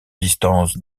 distance